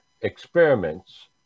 experiments